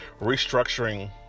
restructuring